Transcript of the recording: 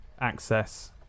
access